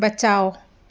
बचाओ